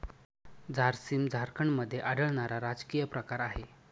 झारसीम झारखंडमध्ये आढळणारा राजकीय प्रकार आहे